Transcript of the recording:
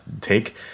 take